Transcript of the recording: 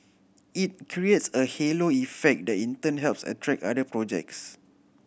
it creates a halo effect that in turn helps attract other projects